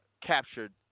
captured